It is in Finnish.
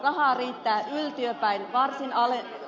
rahaa riittää ruutia tai maan alle